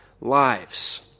lives